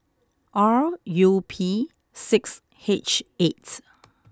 R U P six H eight